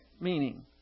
meaning